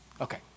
Okay